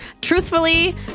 truthfully